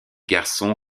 garçon